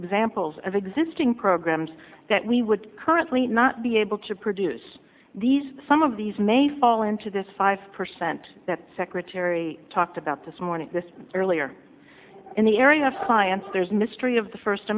examples of existing programs that we would currently not be able to produce these some of these may fall into this five percent that secretary talked about this morning this earlier in the area of science there's mystery of the first